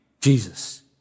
Jesus